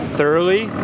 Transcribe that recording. thoroughly